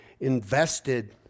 invested